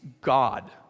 God